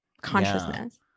Consciousness